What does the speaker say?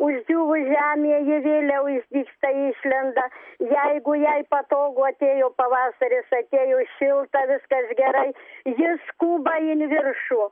uždžiūvus žemė ji vėliau išdygsta išlenda jeigu jai patogu atėjo pavasaris atėjo šilta viskas gerai ji skuba in viršų